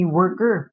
worker